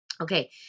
Okay